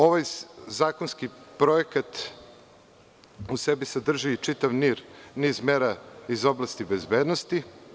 Ovaj zakonski projekat u sebi sadrži čitav niz mera iz oblasti bezbednosti.